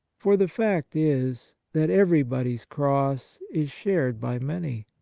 for the fact is, that everybody's cross is shared by many.